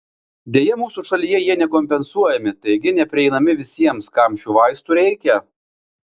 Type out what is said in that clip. deja mūsų šalyje jie nekompensuojami taigi neprieinami visiems kam šių vaistų reikia